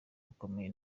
bakomeye